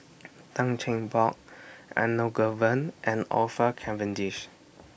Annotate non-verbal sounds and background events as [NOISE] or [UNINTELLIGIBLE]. Tan Cheng Bock Elangovan and Orfeur [UNINTELLIGIBLE]